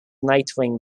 nightwing